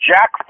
Jack